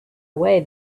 away